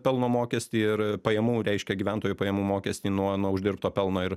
pelno mokestį ir pajamų reiškia gyventojų pajamų mokestį nuo nuo uždirbto pelno ir